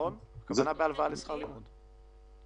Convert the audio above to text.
הכוונה להלוואה לשכר לימוד, נכון?